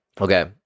okay